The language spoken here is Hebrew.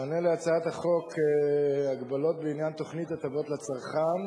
מענה על הצעת חוק הגבלות בעניין תוכנית הטבות לצרכן